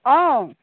অঁ